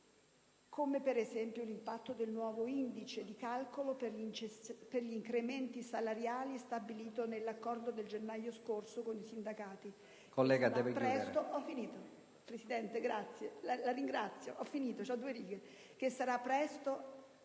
come per esempio l'impatto del nuovo indice di calcolo per gli incrementi salariali, stabilito nell'accordo del gennaio scorso con i sindacati,